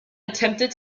attempted